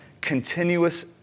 continuous